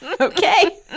Okay